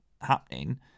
happening